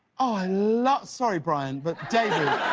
oh i love, sorry bryan but david.